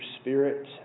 spirit